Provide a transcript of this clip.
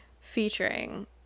Featuring